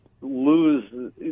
lose